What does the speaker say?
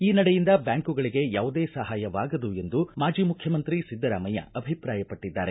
ಈ ನಡೆಯಿಂದ ಬ್ಯಾಂಕುಗಳಿಗೆ ಯಾವುದೇ ಸಹಾಯವಾಗದು ಎಂದು ಮಾಜಿ ಮುಖ್ಯಮಂತ್ರಿ ಸಿದ್ದರಾಮಯ್ಯ ಅಭಿಪ್ರಾಯಪಟ್ಟಿದ್ದಾರೆ